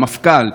המפכ"ל,